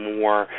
more